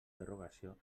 derogació